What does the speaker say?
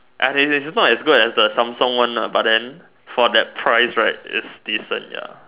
I mean its not as good as the Samsung one lah but then for that price right its decent ya